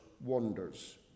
wonders